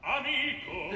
amico